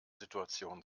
situation